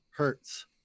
hertz